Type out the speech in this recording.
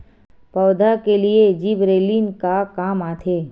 पौधा के लिए जिबरेलीन का काम आथे?